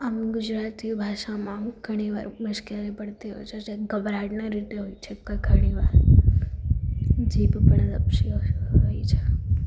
આમ ગુજરાતી ભાષામાં ઘણીવાર મુશ્કેલી પડતી હોય છે જે ગભરાટના લીધે હોય છે ઘણીવાર જીભ પણ લપસી હોય છે